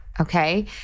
Okay